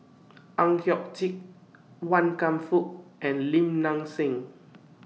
Ang Hiong Chiok Wan Kam Fook and Lim Nang Seng